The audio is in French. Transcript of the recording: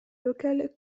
local